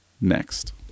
next